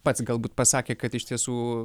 pats galbūt pasakė kad iš tiesų